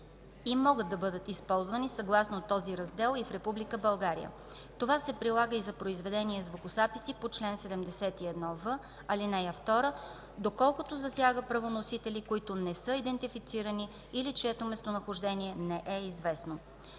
и могат да бъдат използвани съгласно този раздел и в Република България. Това се прилага и за произведения и звукозаписи по чл. 71в, ал. 2, доколкото засяга правоносители, които не са идентифицирани или чието местонахождение не е известно.